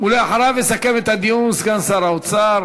ואחריו יסכם את הדיון סגן שר האוצר